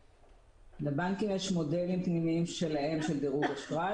לבנקים יש מודלים פנימיים שלהם של דירוג אשראי